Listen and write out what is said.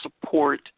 support